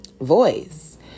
voice